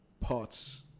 parts